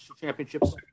championships